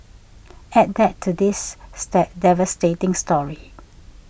add that to this state devastating story